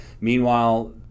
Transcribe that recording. Meanwhile